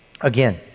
Again